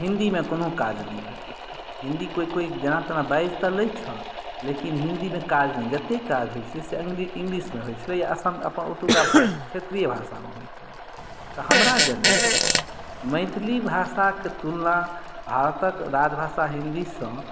हिन्दी मे कोनो काज नहि भेटै छल हिन्दी कोइ कोइ जेना तेना बाजि तऽ लै छल लेकिन हिन्दी मे काज नहि जते काज होइ छलय से इंग्लिश मे होइ छलय या असम अपन ओतुका भाषा क्षेत्रीय भाषा मे होइ छलै तऽ हमरा जनैत मैथिली भाषा के तुलना भारतक राजभाषा हिन्दी सॅं